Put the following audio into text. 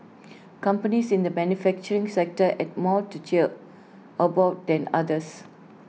companies in the manufacturing sector had more to cheer about than others